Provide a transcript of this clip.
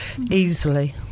easily